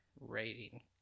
rating